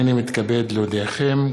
הנני מתכבד להודיעכם,